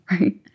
right